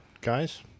guys